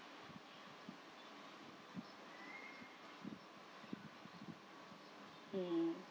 mm